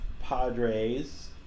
Padres